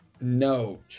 No